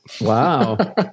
Wow